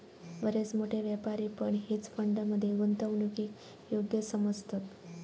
बरेच मोठे व्यापारी पण हेज फंड मध्ये गुंतवणूकीक योग्य समजतत